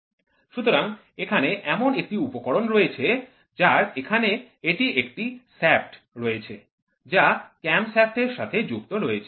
সুতরাং এখানে এমন একটি উপকরণ রয়েছে যার এখানে এটি একটি শ্যাফ্ট রয়েছে যা ক্যাম শ্যাফ্ট এর সাথে যুক্ত রয়েছে